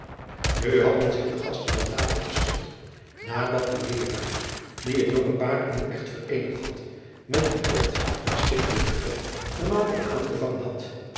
u hadden zich de gasten aan tafel geschikt adat de eeraar die het jonge paar in den echt vereenigd had met een kort maar stichtelijk gebed den maaltijd aangevangen had